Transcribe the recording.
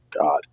God